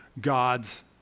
gods